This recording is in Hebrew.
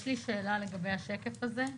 יש לי שאלה לגבי השקף הזה.